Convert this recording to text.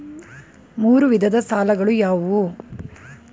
ಮೂರು ವಿಧದ ಸಾಲಗಳು ಯಾವುವು?